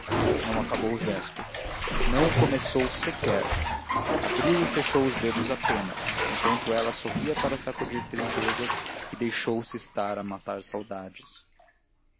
não acabou o gesto não o começou sequer abriu e fechou os dedos apenas enquanto ela sorria para sacudir tristezas e deixou-se estar a matar saudades